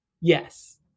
Yes